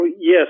Yes